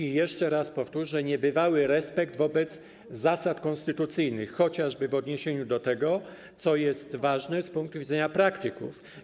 I jeszcze raz powtórzę: niebywały respekt wobec zasad konstytucyjnych, chociażby w odniesieniu do tego, co jest ważne z punktu widzenia praktyków.